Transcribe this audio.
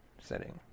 setting